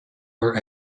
are